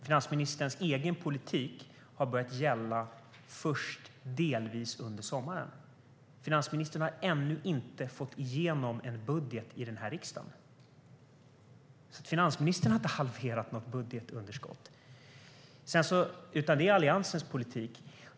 Finansministerns egen politik har börjat gälla först delvis under sommaren. Finansministern har ännu inte fått igenom en budget i den här riksdagen. Finansministern har inte halverat något budgetunderskott, utan det gjorde Alliansens politik.